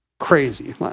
Crazy